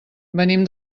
venim